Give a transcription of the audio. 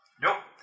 nope